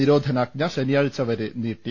നിരോധനാജ്ഞ ശനിയാഴ്ചവരെ നീട്ടി